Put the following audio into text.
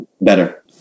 better